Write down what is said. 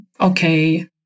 okay